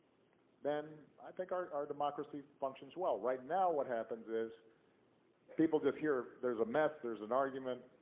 then i think our our democracy functions well. right now, what happens is people just hear, there's a mess, there's an argument,